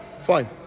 fine